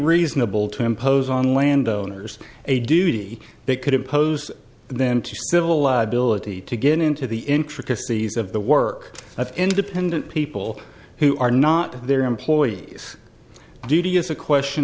reasonable to impose on land owners a duty they could impose then to civil liability to get into the intricacies of the work of independent people who are not their employees duty is a question